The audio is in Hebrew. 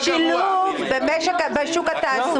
שימו לב לדיון.